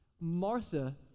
Martha